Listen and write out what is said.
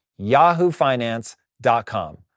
yahoofinance.com